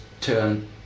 turn